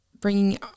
bringing